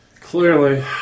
Clearly